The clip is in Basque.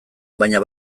baina